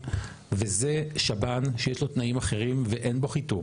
וזה שב"ן שיש לו תנאים אחרים ואין פה חיתום.